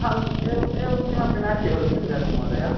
अहम् एवम् एवं किमपि नास्ति खलु किं जातं महोदया